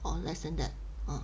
or less than that ha